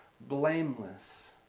blameless